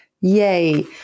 yay